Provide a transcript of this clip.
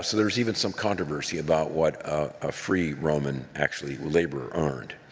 so there's even some controversy about what a free roman actually, laborer earned.